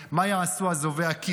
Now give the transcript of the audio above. מה יעשו אזובי הקיר.